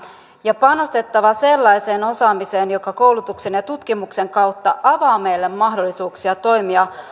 ja panostettava sellaiseen osaamiseen joka koulutuksen ja tutkimuksen kautta avaa meille mahdollisuuksia toimia